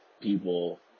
people